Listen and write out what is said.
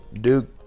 Duke